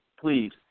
please